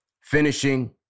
finishing